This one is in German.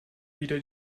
wieder